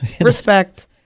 respect